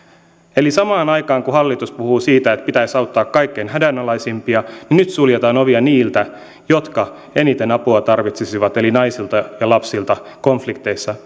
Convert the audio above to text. samaan aikaan kun hallitus puhuu siitä että pitäisi auttaa kaikkein hädänalaisimpia niin nyt suljetaan ovia niiltä jotka eniten apua tarvitsisivat eli naisilta ja lapsilta konflikteissa